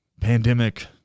pandemic